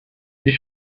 you